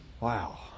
Wow